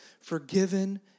forgiven